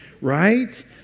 right